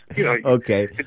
Okay